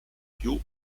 più